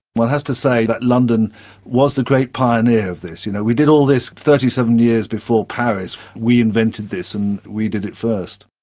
one has to say that london was the great pioneer of this. you know we did all this thirty seven years before paris. we invented this and we did it first.